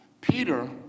Peter